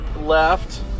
left